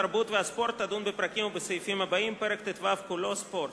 התרבות והספורט תדון בפרק ט"ו כולו (ספורט).